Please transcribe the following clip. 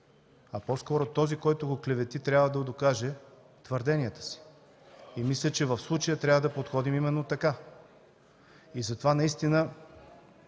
а по-скоро този, който го клевети, трябва да докаже твърденията си. В случая трябва да подходим именно така. Затова съм